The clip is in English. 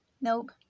Nope